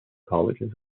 colleges